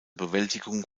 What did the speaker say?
bewältigung